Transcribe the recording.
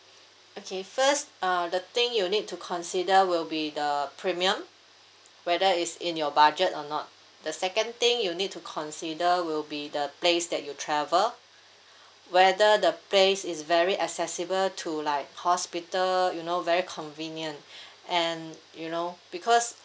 okay first uh the thing you need to consider will be the premium whether it's in your budget or not the second thing you need to consider will be the place that you travel whether the place is very accessible to like hospital you know very convenient and you know because